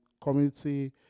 community